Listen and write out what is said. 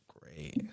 great